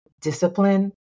discipline